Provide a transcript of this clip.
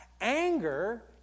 anger